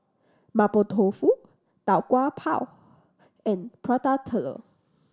Mapo Tofu Tau Kwa Pau and Prata Telur